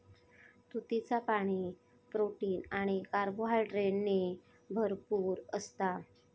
तुतीचा पाणी, प्रोटीन आणि कार्बोहायड्रेटने भरपूर असता